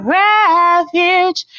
refuge